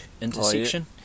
intersection